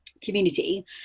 community